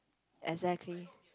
exactly